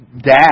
dad